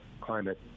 climate